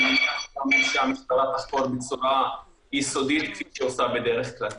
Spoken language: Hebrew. אני מניח שהמשטרה תחקור בצורה יסודית כפי שהיא עושה בדרך כלל.